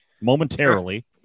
momentarily